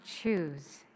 choose